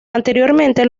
anteriormente